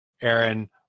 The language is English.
Aaron